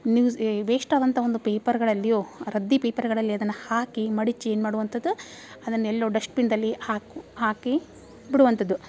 news ಎ waste ಆದಂಥ ಒಂದು ಪೇಪರುಗಳಲ್ಲಿಯೊ ರದ್ದಿ ಪೇಪರುಗಳಲ್ಲಿ ಅದನ್ನು ಹಾಕಿ ಮಡಿಚಿ ಏನು ಮಾಡೋವಂಥದ್ ಅದನ್ನು ಎಲ್ಲೋ ಡಸ್ಟ್ಬಿನ್ನಿನಲ್ಲಿ ಹಾಕು ಹಾಕಿ ಬಿಡುವಂಥದ್ದು